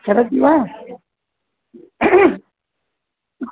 करोति वा